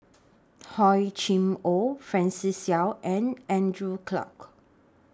Hor Chim Or Francis Seow and Andrew Clarke